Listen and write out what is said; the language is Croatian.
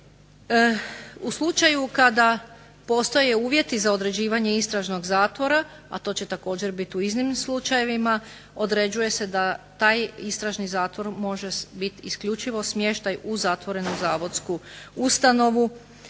U slučaju kada postoje uvjeti za određivanje istražnog zatvora, a to će također biti u iznimnim slučajevima određuje se da taj istražni zatvor može biti isključivo smještaj u zatvorenu zavodsku ustanovu